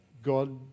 God